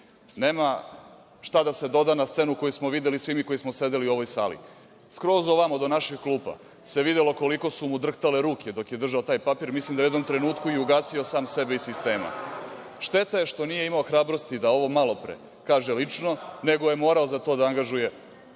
Nema šta da se doda na scenu koju smo videli svi mi koji smo sedeli u ovoj sali. Skroz ovamo do naših klupa se videlo koliko su mu drhtale ruke dok je držao taj papir. Mislim da je u jednom trenutku i ugasio sam sebe iz sistema. Šteta je što nije imao hrabrosti da ovo malopre kaže lično, nego je morao za to da angažuje